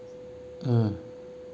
mm